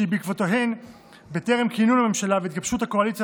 שבעקבותיהן בטרם כינון הממשלה והתגבשות הקואליציה